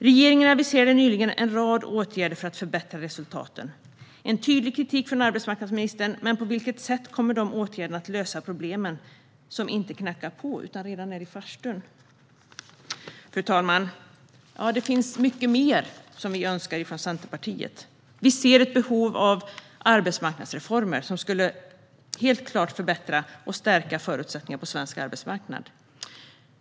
Regeringen aviserade nyligen en rad åtgärder för att förbättra resultaten. Det var en tydlig kritik från arbetsmarknadsministern, men på vilket sätt kommer de åtgärderna att lösa problemen som inte knackar på utan redan är i farstun? Fru talman! Det finns mycket mer som vi från Centerpartiet önskar. Vi ser ett behov av arbetsmarknadsreformer som helt klart kan förbättra och stärka förutsättningarna på svensk arbetsmarknad.